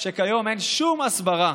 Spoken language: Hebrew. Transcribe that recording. שכיום אין שום הסברה